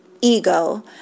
ego